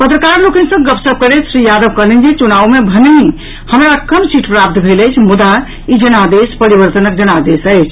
पत्रकार लोकनि सँ गपशप करैत श्री यादव कहलनि जे चुनाव मे भनेहिं हमरा कम सीट प्राप्त भेल अछि मुदा ई जनादेश परिवर्तनक जनादेश अछि